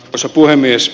arvoisa puhemies